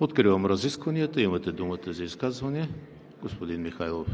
Откривам разискванията. Имате думата за изказвания. Господин Михайлов.